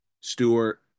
Stewart